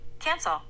Cancel